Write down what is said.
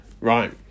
Right